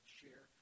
share